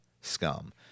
Scum